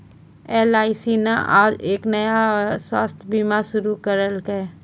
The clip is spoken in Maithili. एल.आई.सी न आज एक नया स्वास्थ्य बीमा शुरू करैलकै